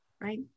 Right